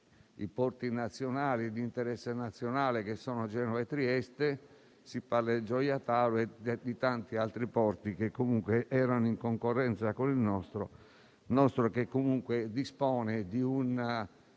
a partire dai porti di interesse nazionale, che sono Genova e Trieste, si parla di Gioia Tauro e di tanti altri porti che comunque erano in concorrenza con il nostro, che comunque dispone di un